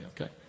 okay